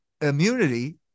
immunity